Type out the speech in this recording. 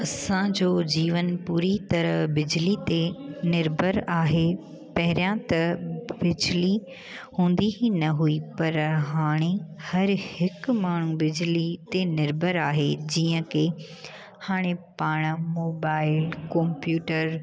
असांजो जीवन पूरी तरह बिजली ते निर्भर आहे पहिरियों त बिजली हूंदी ई न हुई पर हाणे हर हिकु माण्हू बिजली ते निर्भर आहे जीअं की हाणे पाण मोबाइल कंप्यूटर